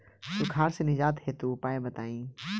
सुखार से निजात हेतु उपाय बताई?